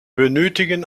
benötigen